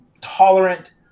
tolerant